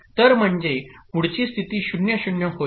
तर म्हणजे पुढची स्थिती 0 0 होईल